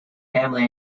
hamlet